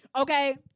Okay